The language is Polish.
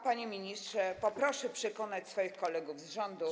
Panie ministrze, proszę przekonać swoich kolegów z rządu.